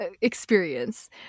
experience